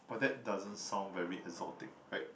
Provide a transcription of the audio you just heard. but that doesn't sound very exotic right